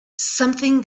something